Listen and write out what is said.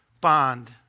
bond